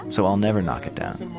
so i'll never knock it down.